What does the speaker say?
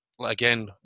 Again